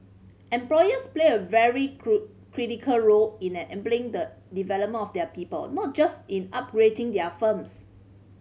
employers play a very critical role in enabling the development of their people not just in upgrading their firms